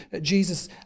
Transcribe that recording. Jesus